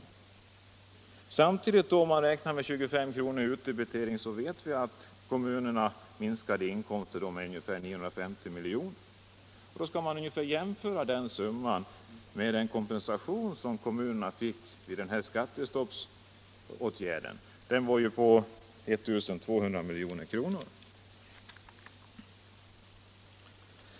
Om man samtidigt räknar med en kommunal utdebitering på 25 kr., så uppgår kommunernas minskade inkomster till ungefär 950 milj.kr. Den summan skall jämföras med den kompensation som kommunerna fick i samband med skattestoppsöverenskommelsen. Kompensationen uppgick ju till 1 200 milj.kr.